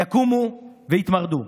יקומו ויתמרדו".